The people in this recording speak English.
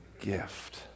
gift